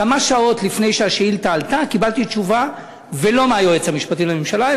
כמה שעות לפני שהשאילתה עלתה קיבלתי תשובה ולא מהיועץ המשפטי לממשלה,